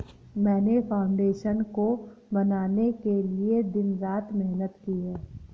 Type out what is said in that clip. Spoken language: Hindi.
मैंने फाउंडेशन को बनाने के लिए दिन रात मेहनत की है